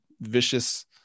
vicious